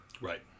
Right